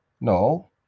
no